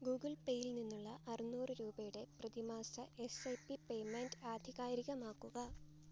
Google Pay യിൽ നിന്നുള്ള അറുനൂറ് രൂപയുടെ പ്രതിമാസ എസ് ഐ പി പേയ്മെൻറ്റ് ആധികാരികമാക്കുക